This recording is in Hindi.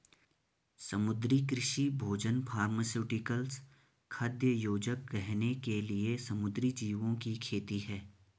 समुद्री कृषि भोजन फार्मास्यूटिकल्स, खाद्य योजक, गहने के लिए समुद्री जीवों की खेती है